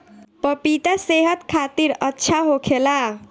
पपिता सेहत खातिर अच्छा होखेला